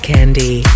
Candy